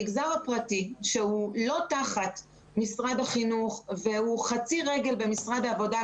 המגזר הפרטי שהוא לא תחת משרד החינוך והוא עם חצי רגל במשרד העבודה,